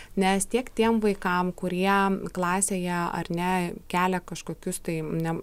nes tiek tiem vaikam kurie klasėje ar ne kelia kažkokius tai ne